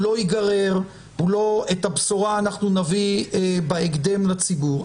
הוא לא ייגרר, את הבשורה אנחנו נביא בהקדם לציבור.